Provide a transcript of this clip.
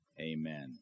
amen